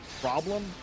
problem